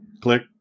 click